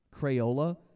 Crayola